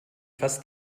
fast